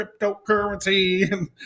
cryptocurrency